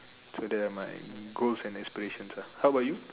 so there are my goals and aspirations ah how about you